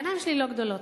העיניים שלי לא גדולות,